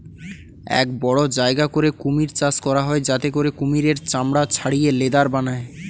এক বড় জায়গা করে কুমির চাষ করা হয় যাতে করে কুমিরের চামড়া ছাড়িয়ে লেদার বানায়